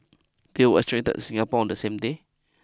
they were extradited to Singapore on the same day